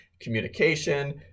communication